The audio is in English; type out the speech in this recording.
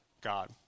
God